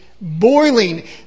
boiling